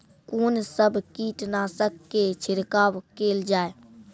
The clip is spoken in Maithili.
कून सब कीटनासक के छिड़काव केल जाय?